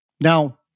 Now